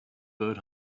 bird